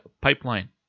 PIPELINE